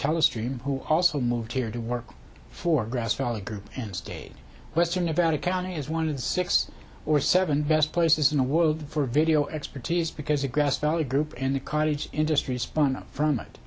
tele stream who also moved here to work for grass valley group and state western nevada county is one of the six or seven best places in the world for video expertise because a grass valley group in the cottage industry spawned from